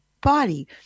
body